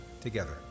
together